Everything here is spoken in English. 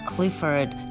Clifford